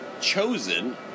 chosen